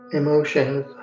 emotions